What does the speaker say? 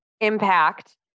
impact